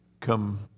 come